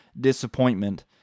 disappointment